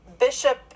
Bishop